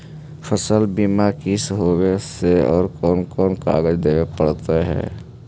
फसल बिमा कैसे होब है और कोन कोन कागज देबे पड़तै है?